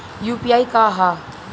UPI का ह?